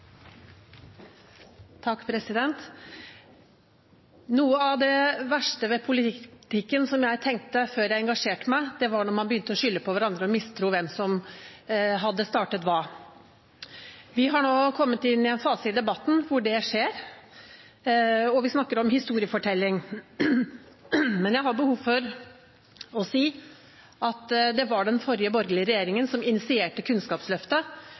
Noe av det verste ved politikken, som jeg tenkte før jeg engasjerte meg, var når man begynte å skylde på hverandre og mistro hvem som hadde startet hva. Vi har nå kommet inn i en fase i debatten hvor det skjer, og vi snakker om historiefortelling. Men jeg har behov for å si at det var den forrige borgerlige regjeringen som initierte Kunnskapsløftet,